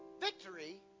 victory